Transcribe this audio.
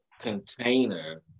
container